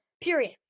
period